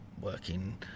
working